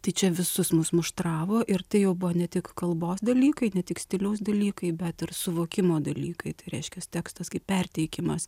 tai čia visus mus muštravo ir tai jau buvo ne tik kalbos dalykai ne tik stiliaus dalykai bet ir suvokimo dalykai tai reiškias tekstas kaip perteikimas